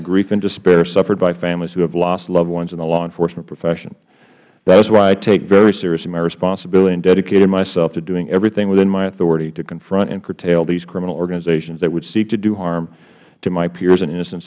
the grief and despair suffered by families who have lost loved ones in the law enforcement profession that is why i take very seriously my responsibility and dedicated myself to doing everything within my authority to confront and curtail these criminal organizations that would seek to do harm to my peers and innocent